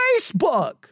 Facebook